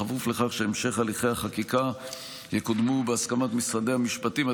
בכפוף לכך שבהמשך הליכי החקיקה יקודמו בהסכמת משרדי המשפטים,